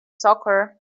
soccer